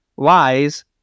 Lies